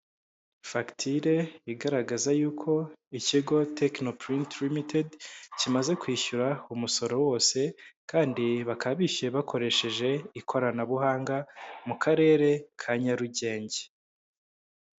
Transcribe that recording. Fagitire igaragaza yuko ikigo tekino purinti rimitedi, kimaze kwishyura umusoro wose kandi bakaba bishyuye bakoresheje ikoranabuhanga mu karere ka Nyarugenge.